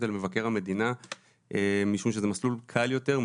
למבקר המדינה וזאת משום שזה מסלול קל יותר,